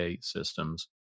systems